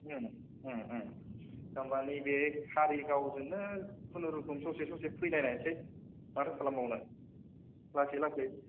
ओम ओम ओम होमबा नैबे कारिगावजोंनो खुनुरुखुम ससे ससे फैनाय नायसै माथो खालाम बावनो लासै लासै